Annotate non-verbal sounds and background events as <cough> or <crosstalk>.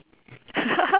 <laughs>